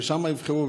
ושם יבחרו,